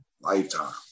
Lifetime